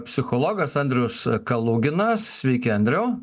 psichologas andrius kalugina sveiki andriau